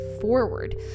forward